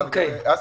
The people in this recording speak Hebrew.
אסי,